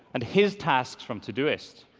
and his tasks from todoist.